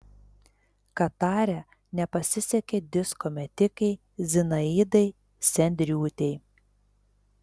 katare nepasisekė disko metikei zinaidai sendriūtei